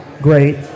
great